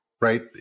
right